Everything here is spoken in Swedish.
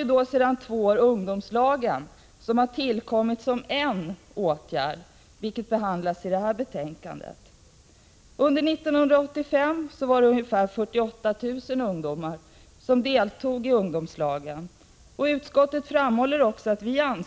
En åtgärd för att tillgodose det är tillkomsten av ungdomslagen för två år sedan. Under 1985 ingick ungefär 48 000 ungdomar i ungdomslagen. Utskottet framhåller att man genom